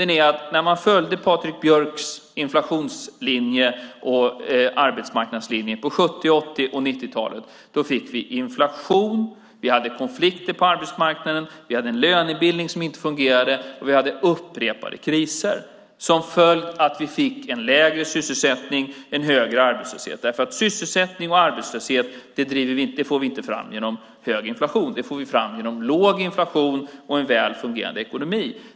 När vi följde Patrik Björcks inflationslinje och arbetsmarknadslinje på 70-, 80 och 90-talet fick vi inflation. Vi hade konflikter på arbetsmarknaden. Vi hade en lönebildning som inte fungerade. Vi hade upprepade kriser som följd av att vi fick en lägre sysselsättning och en högre arbetslöshet. Sysselsättning och låg arbetslöshet får vi inte fram genom hög inflation. Det får vi fram genom låg inflation och en väl fungerande ekonomi.